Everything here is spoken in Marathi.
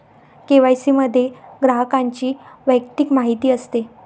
के.वाय.सी मध्ये ग्राहकाची वैयक्तिक माहिती असते